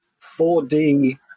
4D